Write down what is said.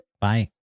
Bye